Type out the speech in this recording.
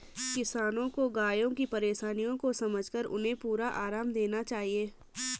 किसानों को गायों की परेशानियों को समझकर उन्हें पूरा आराम करने देना चाहिए